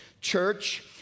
church